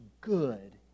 good